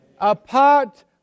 Apart